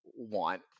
want